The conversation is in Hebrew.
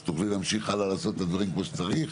על מנת שתוכלי להמשיך הלאה ולעשות את הדברים כמו שצריך.